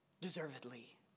deservedly